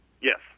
Yes